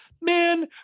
man